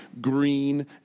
green